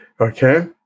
Okay